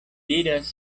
diras